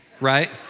right